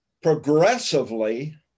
progressively